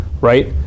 right